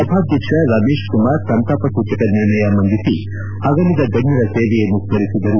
ಸಭಾಧ್ಯಕ್ಷ ರಮೇಶ್ ಕುಮಾರ್ ಸಂತಾಪ ಸೂಚಕ ನಿರ್ಣಯ ಮಂಡಿಸಿ ಅಗಲಿದ ಗಣ್ಣರ ಸೇವೆಯನ್ನು ಸ್ತರಿಸಿದರು